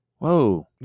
whoa